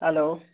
hello